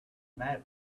matter